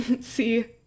see